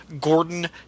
Gordon